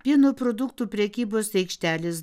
pieno produktų prekybos aikštelės